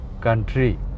country